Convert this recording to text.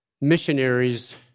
missionaries